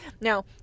Now